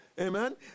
Amen